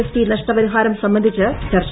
സ് ടി നഷ്ടപരിഹാരം സംബന്ധിച്ച് ചർച്ച